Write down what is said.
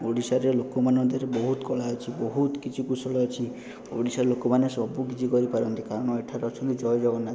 ଓଡ଼ିଶାର ଲୋକମାନଙ୍କ ଦେହରେ ବହୁତ କଳା ଅଛି ବହୁତ କିଛି କୁଶଳ ଅଛି ଓଡ଼ିଶା ଲୋକମାନେ ସବୁ କିଛି କରି ପାରନ୍ତି କାରଣ ଏଠାରେ ଅଛନ୍ତି ଜୟ ଜଗନ୍ନାଥ